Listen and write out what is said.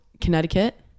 Connecticut